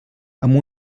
amb